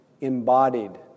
embodied